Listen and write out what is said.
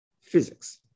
physics